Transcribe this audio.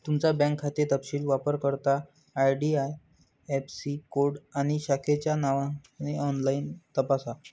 तुमचा बँक खाते तपशील वापरकर्ता आई.डी.आई.ऍफ़.सी कोड आणि शाखेच्या नावाने ऑनलाइन तपासा